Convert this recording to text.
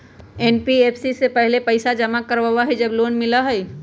NBFC पहले पईसा जमा करवहई जब लोन मिलहई?